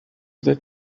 that